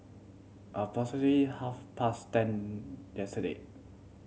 approximately half past ten yesterday